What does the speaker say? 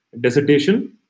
dissertation